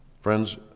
Friends